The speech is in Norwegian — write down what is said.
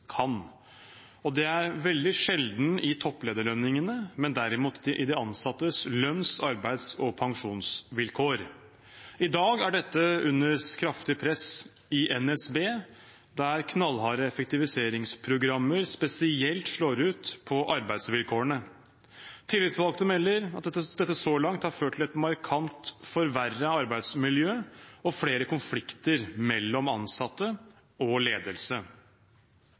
kan, og det er veldig sjelden i topplederlønningene, men derimot i de ansattes lønns-, arbeids- og pensjonsvilkår. I dag er dette under kraftig press i NSB, der knallharde effektiviseringsprogrammer spesielt slår ut på arbeidsvilkårene. Tillitsvalgte melder at dette så langt har ført til et markant forverret arbeidsmiljø og flere konflikter mellom ansatte og ledelse.